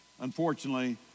Unfortunately